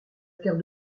terre